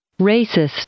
Racist